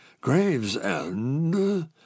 Gravesend